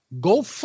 Go